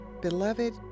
Beloved